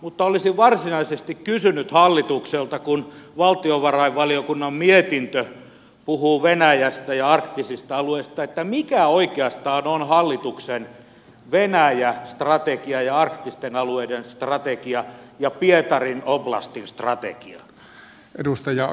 mutta olisin varsinaisesti kysynyt hallitukselta kun valtiovarainvaliokunnan mietintö puhuu venäjästä ja arktisista alueista mikä oikeastaan on hallituksen venäjä strategia ja arktisten alueiden strategia ja pietarin oblastin strategia